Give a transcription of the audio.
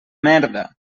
merda